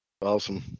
Awesome